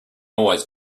always